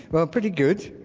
well pretty good.